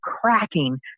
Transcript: cracking